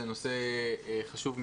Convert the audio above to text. זה נושא חשוב מאוד.